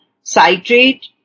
citrate